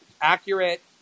accurate